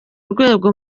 rwego